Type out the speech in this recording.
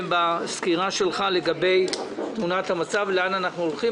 בסקירה שלך לגבי תמונת המצב לאן אנחנו הולכים,